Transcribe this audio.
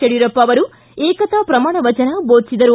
ಯಡಿಯೂರಪ್ಪ ಏಕತಾ ಪ್ರಮಾಣವಚನ ಬೋಧಿಸಿದರು